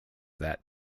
that